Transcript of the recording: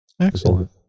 Excellent